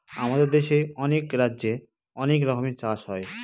আমাদের দেশে অনেক রাজ্যে অনেক রকমের চাষ হয়